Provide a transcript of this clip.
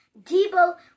Debo